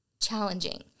challenging